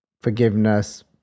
forgiveness